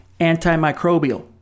antimicrobial